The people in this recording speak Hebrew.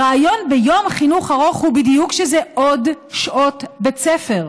הרעיון ביום חינוך ארוך הוא בדיוק שזה עוד שעות בית ספר,